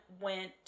went